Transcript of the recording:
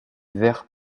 vert